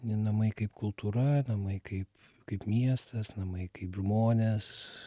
namai kaip kultūra namai kaip kaip miestas namai kaip žmonės